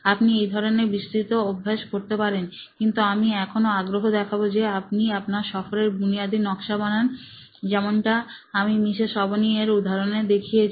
আপনি এই ধরনের বিস্তৃত অভ্যাস করতে পারেন কিন্তু আমি এখনও আগ্রহ দেখাব যে আপনি আপনার সফরের বুনিয়াদি নকশা বানান যেমনটা আমরা মিসেস অবনী এর উদাহরনে দেখেছি